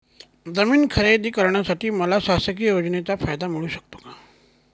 जमीन खरेदी करण्यासाठी मला शासकीय योजनेचा फायदा मिळू शकतो का?